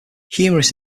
humorous